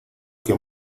que